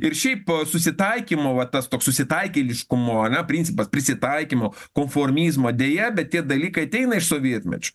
ir šiaip susitaikymo va tas toks susitaikėliškumo ar ne principas prisitaikymų konformizmo deja bet tie dalykai ateina iš sovietmečio